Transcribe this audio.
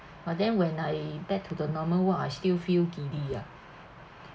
but then when I back to the normal ward I still feel giddy ya